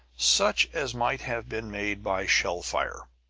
such as might have been made by shell-fire.